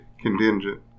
contingent